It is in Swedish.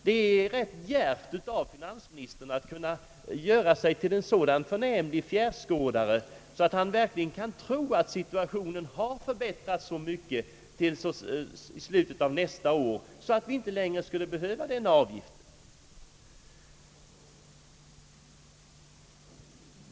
Det är djärvt av finansministern att göra sig till en så förnämlig fjärrskådare att han verkligen kan tro att situationen skall ha förbättrats så mycket till slutet av nästa år att vi inte längre skulle behöva denna avgift.